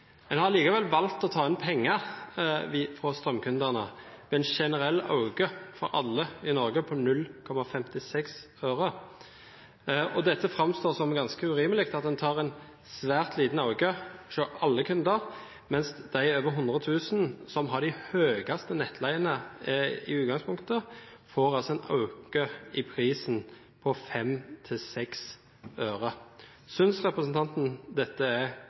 mill. kr. Likevel har en valgt å ta inn penger fra strømkundene. Det er en generell økning for alle i Norge på 0,56 øre. Det framstår som ganske urimelig at man tar en svært liten økning fra alle kunder, mens de over 100 000 som har de høyeste nettleiene i utgangspunktet, altså får en økning i prisen på 5–6 øre. Synes representanten dette er